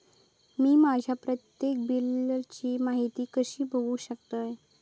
मी माझ्या प्रत्येक बिलची माहिती कशी बघू शकतय?